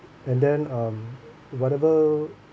and then um whatever